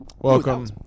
Welcome